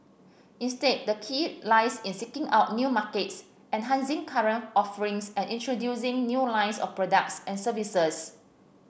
instead the key lies in seeking out new markets enhancing current offerings and introducing new lines of products and services